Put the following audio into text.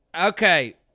Okay